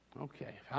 Okay